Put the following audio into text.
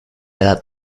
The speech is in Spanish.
edad